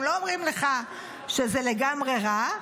הם לא אומרים לך שזה לגמרי רע,